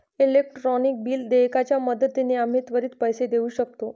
electronic bill देयकाच्या मदतीने आम्ही त्वरित पैसे देऊ शकतो